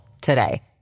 today